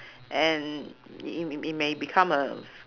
and it it it may become a f~